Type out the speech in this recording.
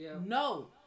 No